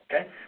okay